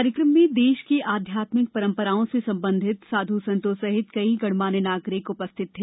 कार्यक्रम में देश की आध्यात्मिक परपम्पराओं से संबंधित साध्र संतों सहित कई गणमान्य नागरिक उपस्थित हैं